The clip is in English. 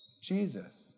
Jesus